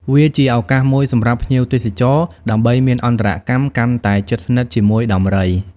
វាជាឱកាសមួយសម្រាប់ភ្ញៀវទេសចរ ដើម្បីមានអន្តរកម្មកាន់តែជិតស្និទ្ធជាមួយដំរី។